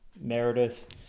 Meredith